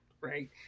right